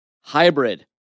hybrid